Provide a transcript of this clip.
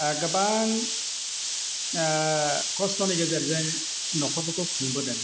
गोबां खस्थ'नि गेजेरजों न'खरफोरखौ खुंबोदों